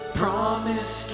promise